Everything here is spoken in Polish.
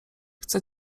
chcę